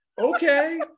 Okay